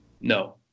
No